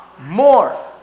more